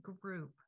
group